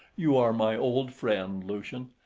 you are my old friend lucian,